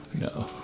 No